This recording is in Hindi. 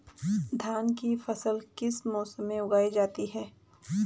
धान की फसल किस मौसम में उगाई जाती है?